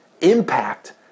impact